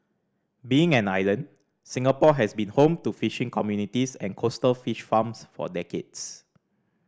being an island Singapore has been home to fishing communities and coastal fish farms for decades